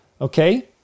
Okay